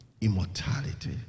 immortality